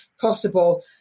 possible